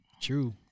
True